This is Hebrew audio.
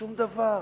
שום דבר,